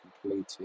completed